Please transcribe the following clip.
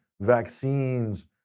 vaccines